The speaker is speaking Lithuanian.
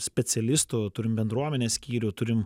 specialistų turim bendruomenės skyrių turim